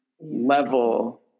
level